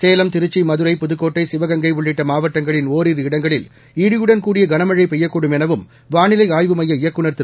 சேலம் திருச்சி மதுரை புதுக்கோட்டை சிவகங்கை உள்ளிட்ட மாவட்டங்களின் ஒரிரு இடங்களில் இடியுடன் கூடிய கனமழை பெய்யக்கூடும் எனவும் வாளிலை ஆய்வு மைய இயக்குநர் திரு